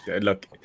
Look